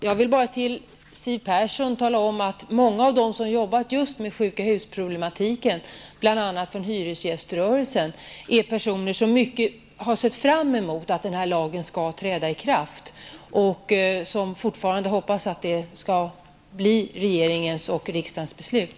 Herr talman! Jag vill bara tala om för Siw Persson att många av dem som har jobbat just med sjukahusproblematiken, bl.a. från hyresgäströrelsen, är personer som har sett fram mot att lagen skall träda i kraft och som fortfarande hoppas att det skall bli regeringens och riksdagens beslut.